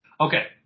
Okay